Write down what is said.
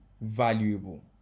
valuable